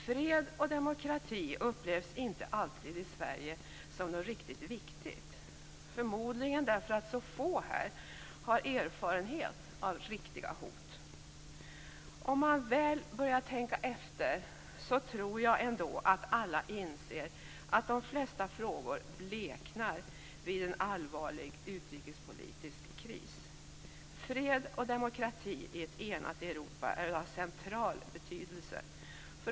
Fred och demokrati upplevs inte alltid i Sverige som något verkligt viktigt, förmodligen därför att så få här har erfarenhet av riktiga hot. Om man väl börjar tänka efter tror jag ändå att alla inser att de flesta frågor bleknar vid en allvarlig utrikespolitisk kris. Fred och demokrati i ett enat Europa är av central betydelse.